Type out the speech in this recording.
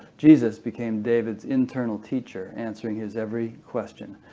jesus became david's internal teacher, answering his every question,